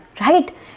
right